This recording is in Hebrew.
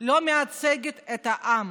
לא מייצגת את העם.